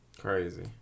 Crazy